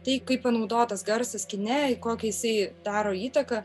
tai kaip panaudotas garsas kine kokį jisai daro įtaką